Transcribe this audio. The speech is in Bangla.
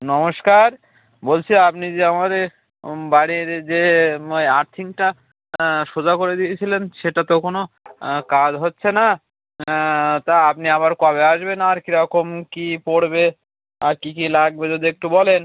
নমস্কার বলছি আপনি যে আমার এ বাড়ির যে ময় আর্থিংটা সোজা করে দিয়েছিলেন সেটা তো কোনো কাজ হচ্ছে না তা আপনি আবার কবে আসবেন আর কী রকম কী পড়বে আর কী কী লাগবে যদি একটু বলেন